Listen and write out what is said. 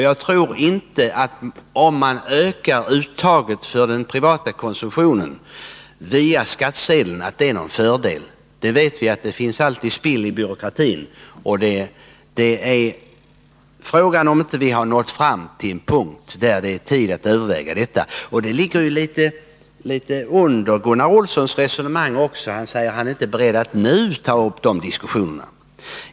Jag tror inte att det är någon fördel, om vi ökar utrymmet för den Onsdagen den privata konsumtionen via skattesedeln. Det finns alltid spill i byråkratin, och 10 december 1980 frågan är om vi inte har nått fram till en punkt, där vi måste överväga om det är möjligt att fortsätta den vägen. Något av detta ligger det också i Gunnar Olssons resonemang när han säger, att han inte nu är beredd att ta upp de diskussionerna.